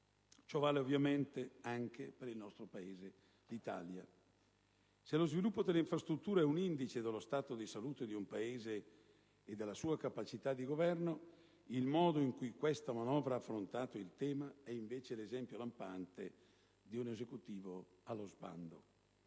Ciò vale, ovviamente, anche per l'Italia. Se lo sviluppo delle infrastrutture è un indice dello stato di salute di un Paese e della sua capacità di governo, il modo in cui questa manovra ha affrontato il tema è invece l'esempio lampante di un Esecutivo allo sbando,